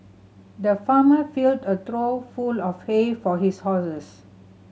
the farmer filled a trough full of hay for his horses